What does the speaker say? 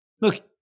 look